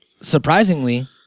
surprisingly